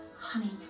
Honey